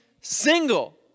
single